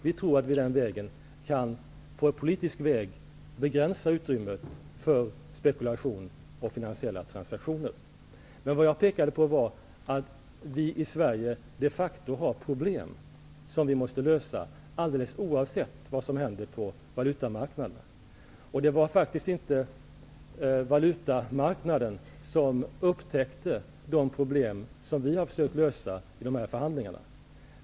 Vi tror att vi på politisk väg kan begränsa utrymmet för spekulation och finansiella transaktioner. Men det jag pekade på var att vi i Sverige de facto har problem som vi måste lösa alldeles oavsett vad som händer på valutamarknaden. Det var faktiskt inte valutamarknaden som upptäckte de problem som vi har försökt att lösa i förhandlingarna.